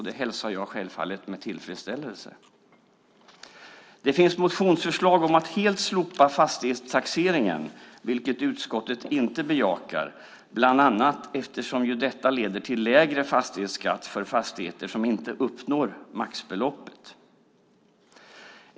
Det hälsar jag självfallet med tillfredsställelse. Det finns motionsförslag om att helt slopa fastighetstaxeringen. Utskottet bejakar inte det bland annat eftersom det leder till en lägre fastighetsskatt för fastigheter som inte uppnår maxbeloppet.